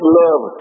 love